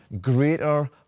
greater